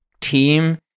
team